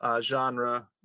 genre